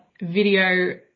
video